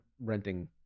renting